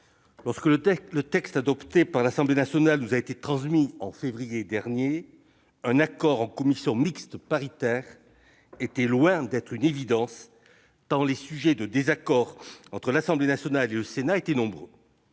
lorsque le texte adopté par l'Assemblée nationale nous a été transmis en février dernier, un accord en commission mixte paritaire était loin d'être une évidence, tant les sujets de désaccord entre nos deux assemblées étaient nombreux.